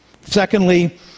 Secondly